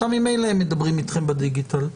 עכשיו ממילא הן מדברות איתכם בדיגיטל.